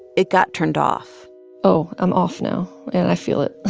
it got turned off oh, i'm off now. and i feel it